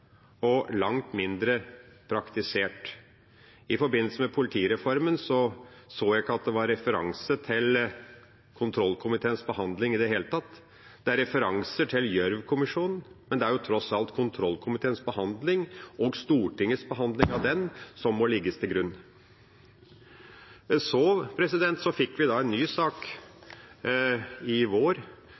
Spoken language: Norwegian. og langt mindre praktisert. I forbindelse med politireformen så jeg ikke at det var referanse til kontrollkomiteens behandling i det hele tatt. Det er referanser til Gjørv-kommisjonens rapport, men det er jo tross alt kontrollkomiteens behandling – og Stortingets behandling av den – som må legges til grunn. Så fikk vi en ny sak i vår,